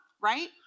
Right